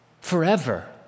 Forever